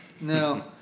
No